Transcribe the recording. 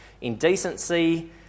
indecency